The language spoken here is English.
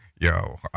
Yo